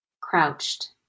crouched